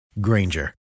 Granger